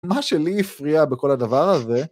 מה שלי הפריע בכל הדבר הזה...